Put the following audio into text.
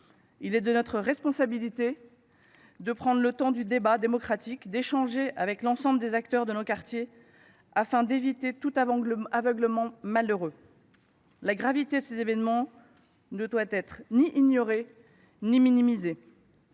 Il est de notre responsabilité de prendre le temps du débat démocratique, d’échanger avec l’ensemble des acteurs de nos quartiers, afin d’éviter tout aveuglement malheureux. La gravité de ces événements ne doit ni être ignorée ni minimisée.